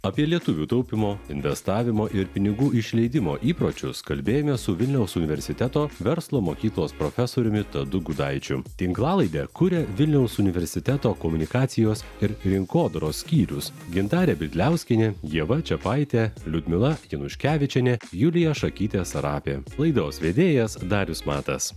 apie lietuvių taupymo investavimo ir pinigų išleidimo įpročius kalbėjomės su vilniaus universiteto verslo mokyklos profesoriumi tadu gudaičiu tinklalaidę kuria vilniaus universiteto komunikacijos ir rinkodaros skyrius gintarė bidliauskienė ieva čepaitė liudmila januškevičienė julija šakytė sarapė laidos vedėjas darius matas